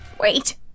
Wait